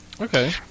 okay